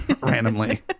randomly